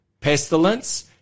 pestilence